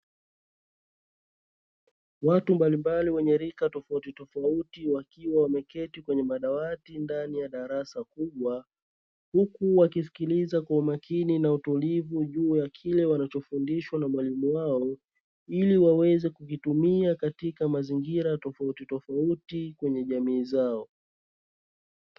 Watu mbalimbali wenye rika tofautitofauti, wakiwa wameketi kwenye madawati ndani ya darasa kubwa, huku wakisikiliza kwa umakini na utulivu juu, ya kile wanachofundishwa na mwalimu wao, ili waweze kutumia katika mazingira tofautitofauti kwenye jamii zao.